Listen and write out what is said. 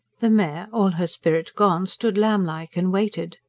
the mare, all her spirit gone, stood lamb-like and waited.